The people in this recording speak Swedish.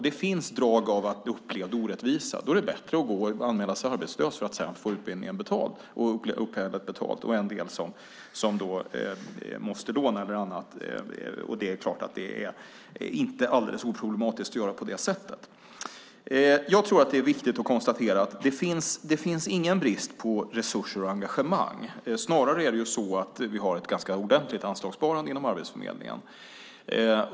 Det finns drag av upplevd orättvisa i detta; i så fall är det bättre att anmäla sig arbetslös och få utbildning och uppehälle betalt. Det är således inte alldeles oproblematiskt att göra på det sättet. Det är viktigt att konstatera att det inte finns någon brist på resurser och engagemang. Vi har ett ganska ordentligt anslagssparande inom Arbetsförmedlingen.